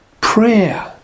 prayer